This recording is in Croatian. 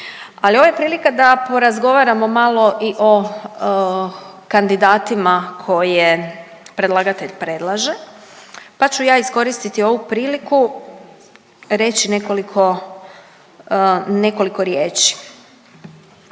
Ali ovo je prilika da porazgovaramo malo i o kandidatima koje predlagatelj predlaže pa ću ja iskoristiti ovu priliku, reći nekoliko riječi.